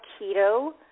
keto